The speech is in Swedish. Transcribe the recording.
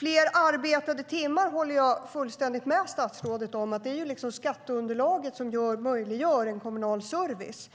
Jag håller med statsrådet om att vi behöver fler arbetade timmar. Det är ju skatteunderlaget som möjliggör en kommunal service.